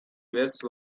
verso